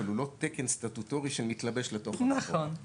אבל הוא לא תקן סטטוטורי שמתלבש לתוך --- נכון,